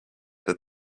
that